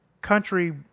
country